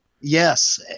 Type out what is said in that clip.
Yes